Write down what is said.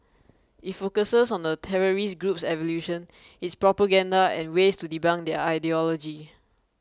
it focuses on the terrorist group's evolution its propaganda and ways to debunk their ideology